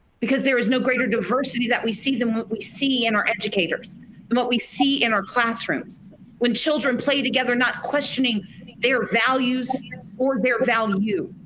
because there is no greater diversity that we see them what we see in our educators and what we see in our classrooms when children play together not questioning their values or their value,